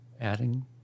adding